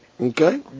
Okay